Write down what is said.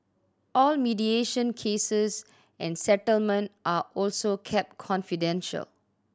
all mediation cases and settlement are also kept confidential